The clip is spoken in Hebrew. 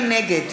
נגד